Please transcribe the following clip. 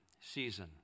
season